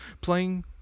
playing